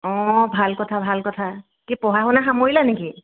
অ ভাল কথা ভাল কথা কি পঢ়া শুনা সামৰিলা নেকি